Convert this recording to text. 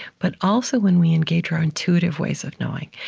but also when we engage our intuitive ways of knowing,